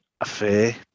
affair